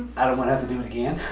i don't want to have to do it again.